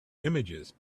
images